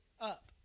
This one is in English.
up